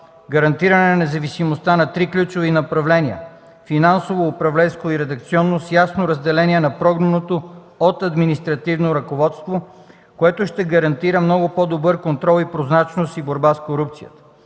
гарантиране на независимостта на три ключови направления – финансово, управленско и редакционно, с ясно разделение на програмното от административното ръководство, което ще гарантира много по-добър контрол, прозрачност и борба с корупцията.